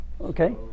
Okay